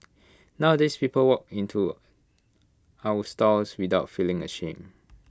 nowadays people walk in to our stores without feeling ashamed